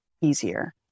easier